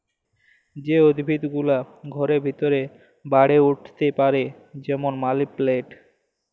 যে উদ্ভিদ গুলা ঘরের ভিতরে বাড়ে উঠ্তে পারে যেমল মালি পেলেলট